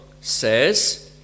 says